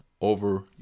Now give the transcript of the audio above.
over